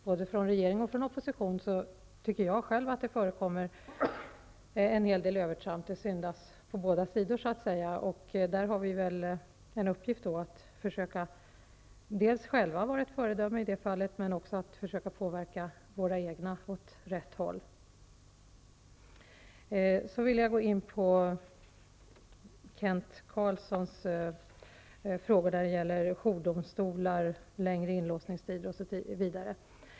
Både från regering och opposition förekommer en hel del övertramp. Det syndas på båda sidor. Där har vi en uppgift att försöka att själva vara ett föredöme men också att påverka våra egna åt rätt håll. Så vill jag gå in på Kent Carlssons frågor om jourdomstolar, längre inlåsningstider osv.